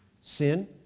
Sin